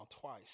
twice